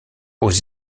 aux